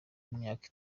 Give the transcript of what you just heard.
myaka